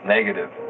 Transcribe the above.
Negative